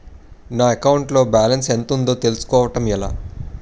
నా అకౌంట్ లో బాలన్స్ ఎంత ఉందో తెలుసుకోవటం ఎలా?